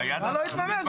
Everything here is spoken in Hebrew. מה לא התממש?